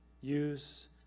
Use